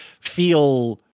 feel